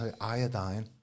iodine